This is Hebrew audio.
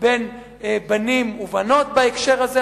בין בנים ובנות בהקשר הזה,